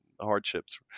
hardships